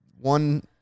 one